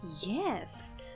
Yes